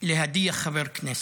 להדיח חבר כנסת,